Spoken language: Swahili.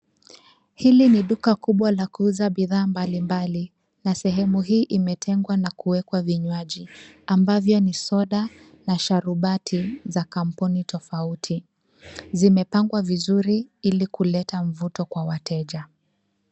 Hili ni duka kubwa la kuuza bidhaa mbalimbali na sehemu hii imetengwa na kuwekwa vinywaji ambavyo ni soda na sharubati za kampuni tofauti. Zimepangwa vizuri ili kuleta mvuto kwa wateja.